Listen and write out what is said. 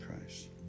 Christ